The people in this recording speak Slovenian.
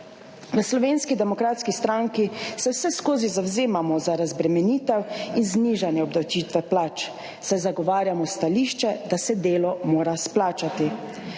V Slovenski demokratski stranki se vseskozi zavzemamo za razbremenitev in znižanje obdavčitve plač, saj zagovarjamo stališče, da se delo mora izplačati.